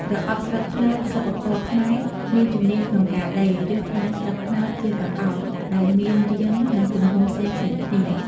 ប្រអប់ស្លឹកត្នោត សិប្បករខ្មែរមានជំនាញក្នុងការដេរ ឬត្បាញស្លឹកត្នោតជាប្រអប់ដែលមានរាង និងទំហំផ្សេងៗគ្នា។